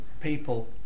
people